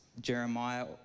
Jeremiah